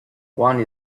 one